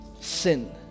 sin